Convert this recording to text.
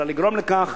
אלא לגרום לכך